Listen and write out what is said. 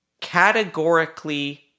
categorically